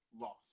lost